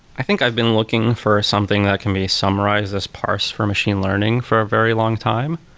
i think i've been looking for something that can be summarized this parse for machine learning for a very long time.